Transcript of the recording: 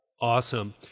Awesome